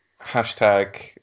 Hashtag